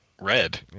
Red